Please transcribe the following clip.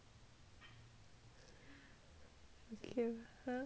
okay